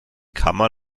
kammer